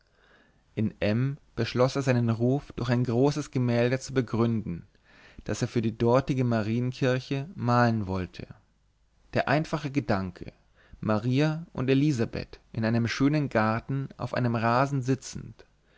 in m beschloß er seinen ruf durch ein großes gemälde zu begründen das er für die dortige marienkirche malen wollte der einfache gedanke maria und elisabeth in einem schönen garten auf einem rasen sitzend